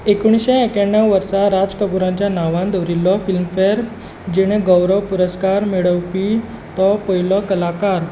एकुणिशें एक्क्याण्णव वर्सा राजकपूराच्या नांवान दवरिल्लो फिल्मफॅर जिणेगौरव पुरस्कार मेळोवपी तो पयलो कलाकार